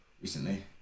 recently